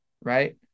right